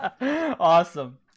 Awesome